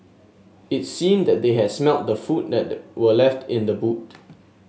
it seemed that they had smelt the food that the were left in the boot